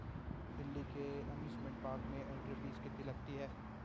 दिल्ली के amusement park में entry fees कितनी लगती है?